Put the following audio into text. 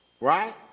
right